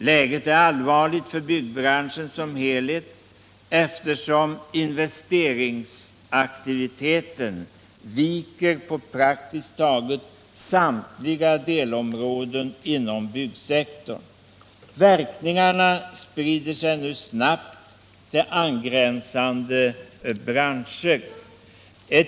Läget är allvarligt för byggbranschen som helhet, eftersom investeringsaktiviteten viker på praktiskt taget samtliga delområden inom byggsektorn. Verkningarna sprider sig nu snabbt till angränsande branscher.